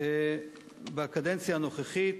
בקדנציה הנוכחית,